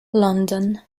london